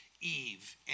Eve